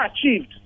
achieved